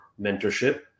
mentorship